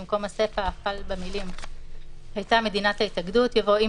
במקום הסיפה החל במילים "היתה מדינת ההתאגדות" יבוא "אם